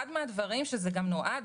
אחד מן הדברים שזה נועד,